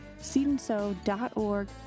Seedandso.org